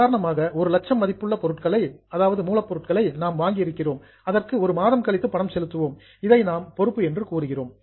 உதாரணமாக ஒரு லட்சம் மதிப்புள்ள மூலப்பொருட்களை நாம் வாங்கி இருக்கிறோம் அதற்கு ஒரு மாதம் கழித்து பணம் செலுத்துவோம் இதை நாம் பொறுப்பு என்று கூறுகிறோம்